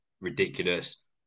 ridiculous